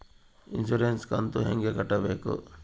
Insurance ಕಂತು ಹೆಂಗ ಕಟ್ಟಬೇಕು?